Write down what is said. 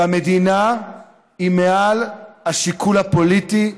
והמדינה היא מעל השיקול הפוליטי,